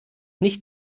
nicht